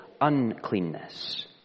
uncleanness